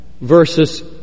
versus